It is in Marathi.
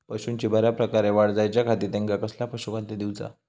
पशूंची बऱ्या प्रकारे वाढ जायच्या खाती त्यांका कसला पशुखाद्य दिऊचा?